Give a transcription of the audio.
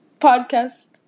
podcast